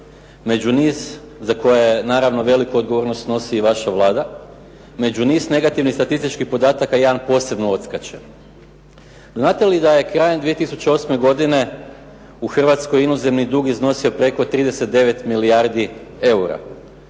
među niz za koje naravno veliku odgovornosti snosi i vaša Vlada, među niz negativnih statističkih podataka jedan posebno odskače. Znate li da je krajem 2008. godine u Hrvatskoj inozemni dug iznosio preko 39 milijardi eura?